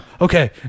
okay